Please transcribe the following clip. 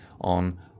on